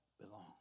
belong